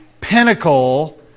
pinnacle